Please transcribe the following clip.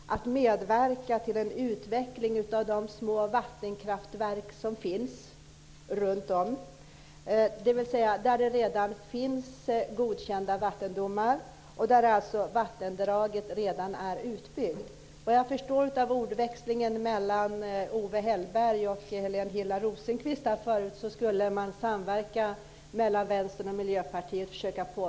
Fru talman! Det är många bäckar små som bildar en å. När det gäller energidebatten, som vi osökt kommer in på i dag, finns det många alternativ som måste samverka för att det ska bli bra. Vad jag förstår är vi överens om flera saker. Men det är en sak jag undrar över när det gäller Miljöpartiet. Är Miljöpartiet berett att medverka till en utveckling av små vattenkraftverk, dvs. där det redan finns godkända vattendomar och där vattendraget redan är utbyggt?